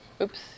Oops